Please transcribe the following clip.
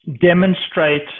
demonstrate